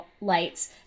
lights